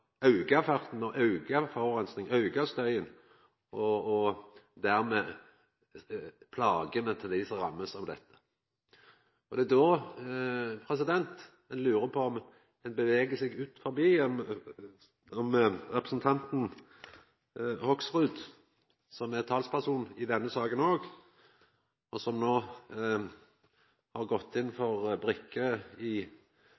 auka farten, auka forureininga, auka støyen og dermed plagene til dei som blir ramma av dette. Det er då ein lurar på om representanten Hoksrud beveger seg nok rundt omkring, og det ville vore interessant i dag å høyra kva han – som er talsmann i denne saka òg, og som no har gått inn